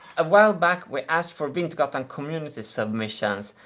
a while back we asked for wintergatan community submissions.